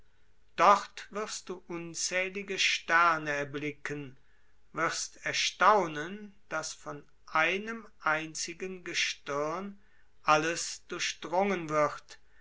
dort wirst du unzählige sterne erblicken wirst erstaunen daß von einem einzigen gestirn alles durchdrungen wird